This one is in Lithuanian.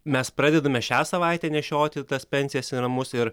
mes pradedame šią savaitę nešioti tas pensijas į namus ir